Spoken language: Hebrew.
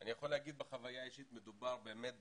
אני יכול להגיד בחוויה האישית שמדובר באמת בסיירת.